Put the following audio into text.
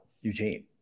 Eugene